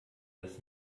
lass